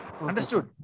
Understood